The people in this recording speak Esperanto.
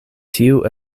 tiu